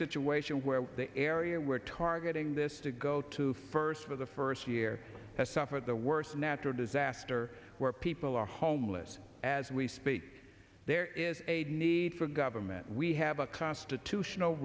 situation where the area we're targeting this to go to first for the first year has suffered the worst natural disaster where people are homeless as we speak there is a need for government we have a constitutional